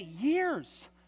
years